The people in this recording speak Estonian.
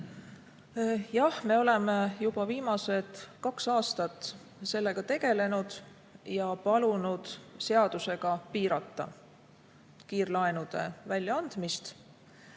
Jah, me oleme juba viimased kaks aastat sellega tegelenud ja palunud seadusega piirata kiirlaenude väljaandmist.